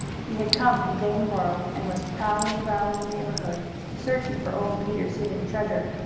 he had come from daneboro, and was prowling round the neighborhood searching for old peter's hidden treasure.